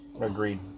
Agreed